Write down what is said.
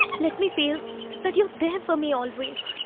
let me feel that you're there for me always.